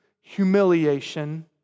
humiliation